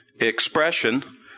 expression